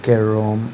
carrom